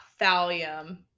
thallium